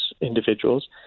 individuals